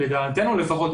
לדעתנו לפחות,